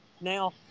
now